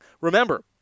Remember